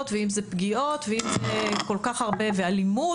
ואם זה פגיעות ואם זה כל כך הרבה ואלימות